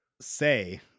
say